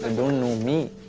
and don't know me.